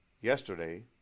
yesterday